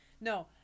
No